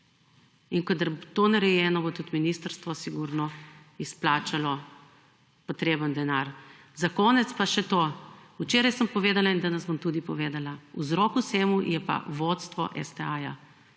bo to narejeno, bo tudi ministrstvo sigurno izplačalo potrebni denar. Za konec pa še to. Včeraj sem povedala in danes bom tudi povedala, vzrok vsemu je pa vodstvo STA-ja.